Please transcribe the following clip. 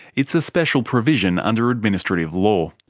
it's a special provision under administrative law.